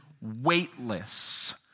weightless